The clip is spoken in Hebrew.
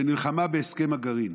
שנלחמה בהסכם הגרעין?